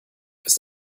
ist